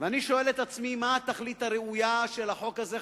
ואני שואל את עצמי מה התכלית הראויה של החוק הזה,